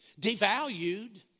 devalued